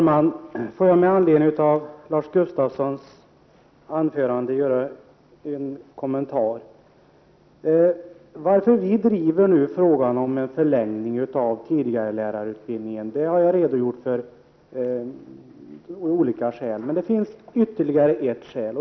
Herr talman! Med anledning av Lars Gustafssons anförande vill jag göra en kommentar. Skälen till att vi nu driver frågan om en förlängning av utbildningen för s.k. tidigarelärare har jag tidigare redogjort för. Men det finns ytterligare ett skäl.